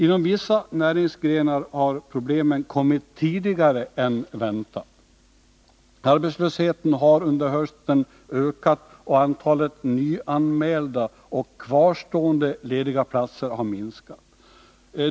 Inom vissa näringsgrenar har problemen kommit tidigare än väntat. Arbetslösheten har under hösten ökat, och antalet nyanmälda och kvarstående lediga platser har minskat.